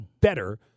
better